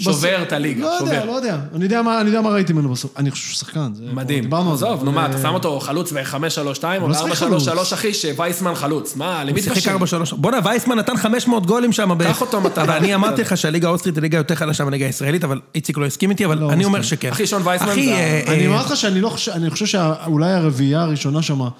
שובר את הליגה, שובר. לא יודע, לא יודע. אני יודע מה ראיתי ממנו בסוף. אני חושב שזה שחקן, זה מדהים. מדהים. עזוב, נו מה, אתה שם אותו חלוץ וחמש, שלוש, שתיים, או ארבע, שלוש, שלוש, אחי, שווייסמן חלוץ. מה, למי זה חיקר בשלוש... בוא'נה, ווייסמן נתן 500 גולים שם. קח אותו, מתנה. ואני אמרתי לך שהליגה האוסטרית היא ליגה יותר חדשה מנהיגה הישראלית, אבל איציק לא הסכים איתי, אבל אני אומר שכן. אחי, שון ווייסמן זה... אני אומר לך שאני לא חושב, אני חושב שאולי הרביעייה הראשונה שמה.